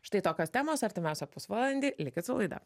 štai tokios temos artimiausią pusvalandį likit su laida